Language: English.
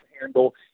handle